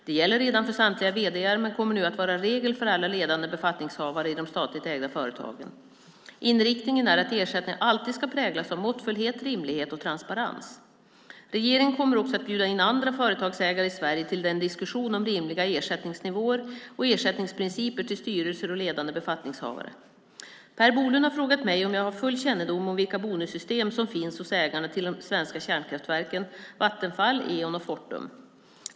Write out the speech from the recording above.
Det gäller redan för samtliga vd:ar, men kommer nu vara regel för alla ledande befattningshavare i de statligt ägda företagen. Inriktningen är att ersättningarna alltid ska präglas av måttfullhet, rimlighet och transparens. Regeringen kommer också att bjuda in andra företagsägare i Sverige till en diskussion om rimliga ersättningsnivåer och ersättningsprinciper till styrelser och ledande befattningshavare. Per Bolund har frågat mig om jag har full kännedom om vilka bonussystem som finns hos ägarna till de svenska kärnkraftverken, Vattenfall, Eon och Fortum.